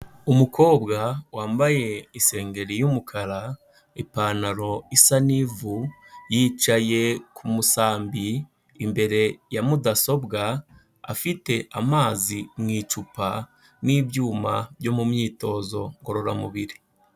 Umukobwa wambaye isengeri y'umukara, ipantaro isa n'ivu, yicaye ku musambi imbere ya mudasobwa, afite amazi mu icupa n'ibyuma byo mu myitozo ngororamubiri.